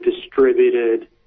distributed